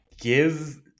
Give